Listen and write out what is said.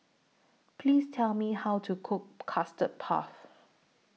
Please Tell Me How to Cook Custard Puff